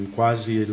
quasi